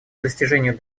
достижению